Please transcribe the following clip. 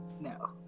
no